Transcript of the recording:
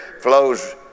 flows